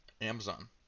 Amazon